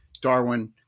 Darwin